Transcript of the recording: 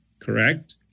Correct